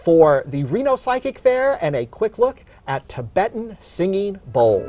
for the reno psychic fair and a quick look at tibet singing bowl